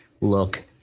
look